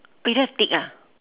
oh you don't have tick ah